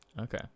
Okay